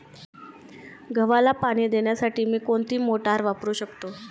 गव्हाला पाणी देण्यासाठी मी कोणती मोटार वापरू शकतो?